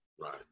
Right